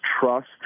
trust